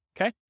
Okay